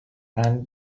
and